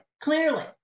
clearly